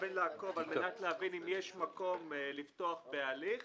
מתכוון לעקוב על מנת להבין אם יש מקום לפתוח בהליך